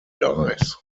dies